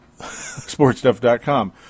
sportsstuff.com